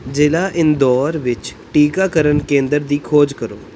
ਜ਼ਿਲ੍ਹਾ ਇੰਦੌਰ ਵਿੱਚ ਟੀਕਾਕਰਨ ਕੇਂਦਰ ਦੀ ਖੋਜ ਕਰੋ